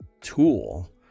tool